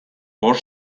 bost